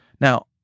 Now